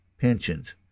pensions